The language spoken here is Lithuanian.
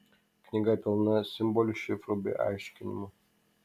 knyga pilna simbolių šifrų bei aiškinimų